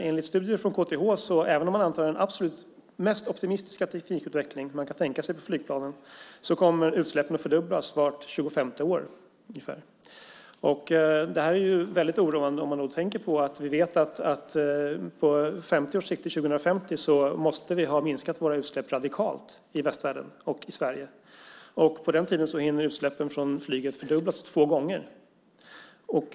Enligt studier från KTH kommer utsläppen att fördubblas ungefär vart 25:e år även om man räknar med den absolut mest optimistiska teknikutveckling som man kan tänka sig för flygplanen. Det är väldigt oroande, om man tänker på att vi vet att vi på 50 års sikt, fram till 2050, måste ha minskat våra utsläpp radikalt i västvärlden och i Sverige. På den tiden hinner utsläppen från flyget fördubblas två gånger.